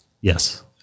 Yes